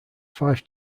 five